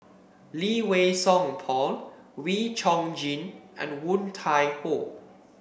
Lee Wei Song Paul Wee Chong Jin and Woon Tai Ho